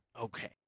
Okay